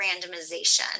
randomization